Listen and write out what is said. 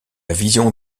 vision